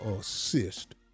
assist